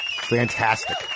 Fantastic